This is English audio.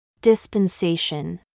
Dispensation